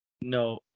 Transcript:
No